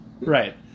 Right